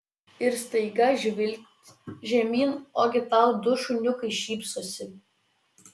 ir staiga žvilgt žemyn ogi tau du šuniukai šypsosi